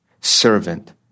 servant